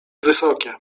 wysokie